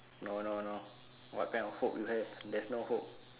no no no what kind of hope you have there's no hope